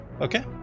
Okay